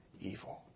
evil